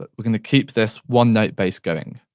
but we're going to keep this one note bass going.